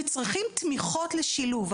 וצריכים תמיכות לשילוב,